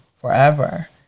forever